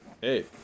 Hey